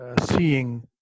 seeing